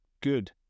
good